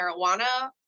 marijuana